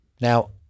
Now